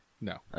No